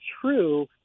true